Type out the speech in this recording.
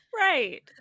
right